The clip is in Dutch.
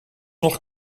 nog